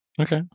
okay